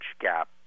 gap